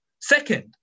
Second